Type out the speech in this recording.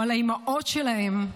או על האימהות שלהם.